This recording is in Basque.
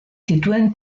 zituen